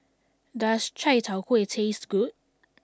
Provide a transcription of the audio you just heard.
does Chai Tow Kuay taste good